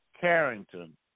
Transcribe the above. Carrington